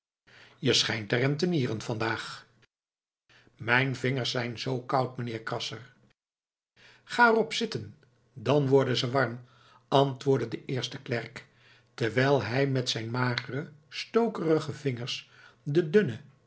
jij schijnt te rentenieren vandaag mijn vingers zijn zoo koud mijnheer krasser ga er op zitten dan worden ze warm antwoordde de eerste klerk terwijl hij met zijn magere stokkerige vingers de dunne